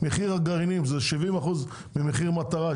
מחיר הגרעינים זה 70% ממחיר מטרה,